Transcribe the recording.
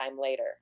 later